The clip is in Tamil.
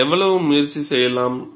நீங்கள் எவ்வளவு முயற்சி செய்யலாம்